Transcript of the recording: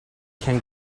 can